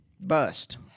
Bust